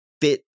fit